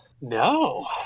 no